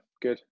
good